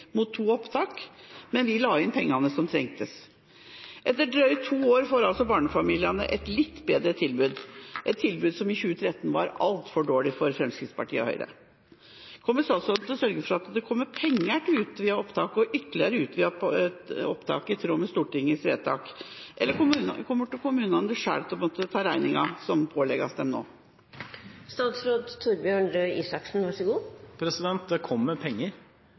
mot to opptak, men vi la inn pengene som trengtes. Etter drøyt to år får altså barnefamiliene et litt bedre tilbud, et tilbud som i 2013 var altfor dårlig for Fremskrittspartiet og Høyre. Kommer statsråden til å sørge for at det kommer penger til utvidet opptak og ytterligere utvidet opptak i tråd med Stortingets vedtak, eller kommer kommunene selv til å måtte ta regninga som pålegges dem nå? Det kommer penger. I budsjettet for i år er det satt av 740 mill. kr til 3 400 nye barnehageplasser. Det er penger